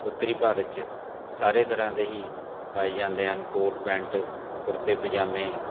ਉੱਤਰੀ ਭਾਰਤ 'ਚ ਸਾਰੇ ਤਰ੍ਹਾਂ ਦੇ ਹੀ ਪਾਏ ਜਾਂਦੇ ਹਨ ਕੋਟ ਪੈਂਟ ਕੁੜਤੇ ਪਜਾਮੇ